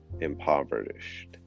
impoverished